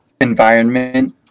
environment